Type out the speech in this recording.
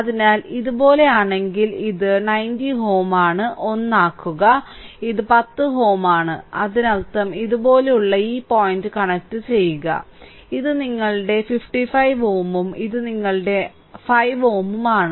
അതിനാൽ ഇതുപോലെയാണെങ്കിൽ ഇത് 90Ω ആണ് 1 ആക്കുക ഇത് 10Ω ആണ് അതിനർത്ഥം ഇതുപോലുള്ള ഈ പോയിന്റ് കണക്റ്റ് ചെയ്യുക ഇത് നിങ്ങളുടെ 55 Ωഉം ഇത് നിങ്ങളുടെ 5Ω ഉം ആണ്